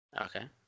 Okay